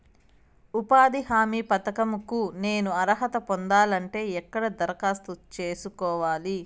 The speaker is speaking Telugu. ఉపాధి హామీ పథకం కు నేను అర్హత పొందాలంటే ఎక్కడ దరఖాస్తు సేసుకోవాలి?